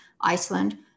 Iceland